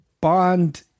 Bond